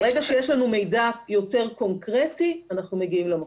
ברגע שיש לנו מידע יותר קונקרטי אנחנו מגיעים למקום.